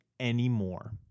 anymore